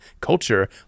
culture